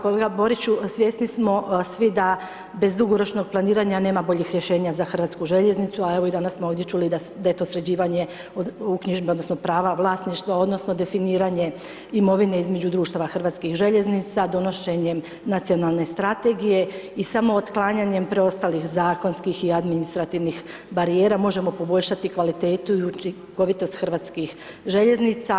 Kolega Boriću, svjesni smo svi da bez dugoročnih planiranja, nema boljih rješenja za Hrvatsku željeznicu, a evo i danas smo ovdje čuli da je to sređivanje uknjižba odnosno, prava vlasništva, odnosno, definiranje imovine između društava Hrvatskih željeznica, donošenje nacionalne strategije i samo otklanjanjem preostalih zakonskih i administrativnih barijera, možemo poboljšati kvalitetu i učinkovitost hrvatskih željeznica.